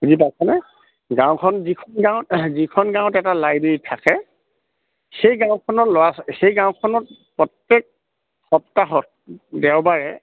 বুজি পাইছানে গাঁওখন যিখন গাঁৱত যিখন গাঁৱত এটা লাইব্ৰেৰী থাকে সেই গাঁওখনৰ ল'ৰা ছোৱ সেই গাঁওখনত প্ৰত্যেক সপ্তাহত দেওবাৰে